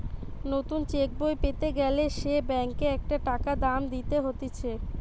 নতুন চেক বই পেতে গ্যালে সে ব্যাংকে একটা টাকা দাম দিতে হতিছে